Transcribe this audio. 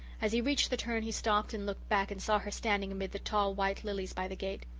as he reached the turn he stopped and looked back and saw her standing amid the tall white lilies by the gate.